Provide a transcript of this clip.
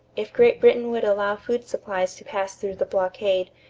if great britain would allow food supplies to pass through the blockade,